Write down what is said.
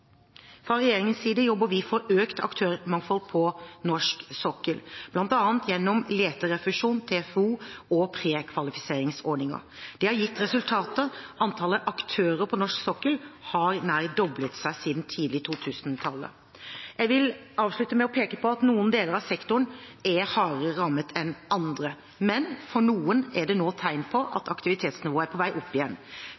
Fra regjeringens side jobber vi for økt aktørmangfold på norsk sokkel, bl.a. gjennom leterefusjon-, TFO- og prekvalifiseringsordningene. Det har gitt resultater. Antall aktører på norsk sokkel har nær doblet seg siden tidlig på 2000-tallet. Jeg vil avslutte med å peke på at noen deler av sektoren er hardere rammet enn andre, men for noen er det nå tegn på